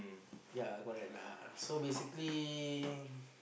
ya correct lah so basically